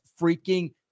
freaking